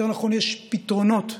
יותר נכון, יש פתרונות טכנולוגיים,